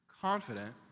confident